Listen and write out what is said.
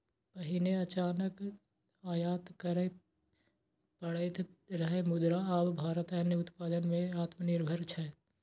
पहिने अनाजक आयात करय पड़ैत रहै, मुदा आब भारत अन्न उत्पादन मे आत्मनिर्भर छै